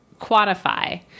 quantify